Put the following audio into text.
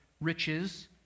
riches